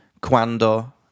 cuando